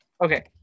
Okay